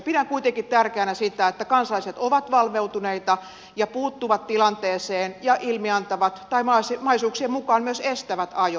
pidän kuitenkin tärkeänä sitä että kansalaiset ovat valveutuneita ja puuttuvat tilanteiseen ja ilmiantavat tai mahdollisuuksien mukaan myös estävät ajon